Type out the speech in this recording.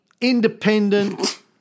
independent